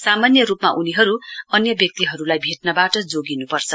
सामान्य रूपमा उनीहरू अन्य व्यक्तिहरूलाई भेट्नबाट जोगिन्पर्छ